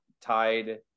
tied